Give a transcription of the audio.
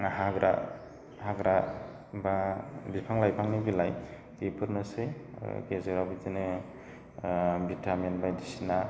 हाग्रा बा बिफां लाइफांनि बिलाइ बेफोरनोसै गेजेराव बिदिनो भिटामिन बायदिसिना